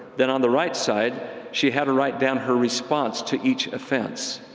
then on the right side she had her write down her response to each offense.